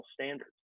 standards